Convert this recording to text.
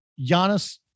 Giannis